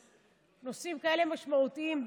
נושאים כאלה משמעותיים.